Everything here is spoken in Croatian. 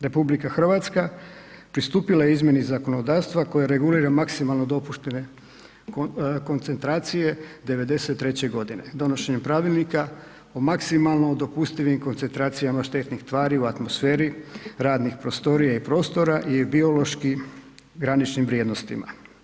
RH pristupila je izmjeni zakonodavstva koje regulira maksimalno dopuštene koncentracije 93. g. Donošenjem Pravilnika o maksimalno dopustivim koncentracijama štetnih tvari u atmosferi radnih prostorija i prostora i biološki graničnim vrijednostima.